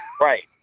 Right